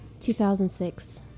2006